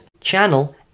channel